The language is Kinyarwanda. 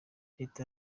leta